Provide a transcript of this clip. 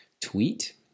tweet